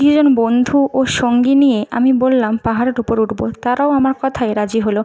কিছুজন বন্ধু ও সঙ্গী নিয়ে আমি বললাম পাহাড়ের উপর উঠবো তারাও আমার কথায় রাজি হলো